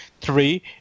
three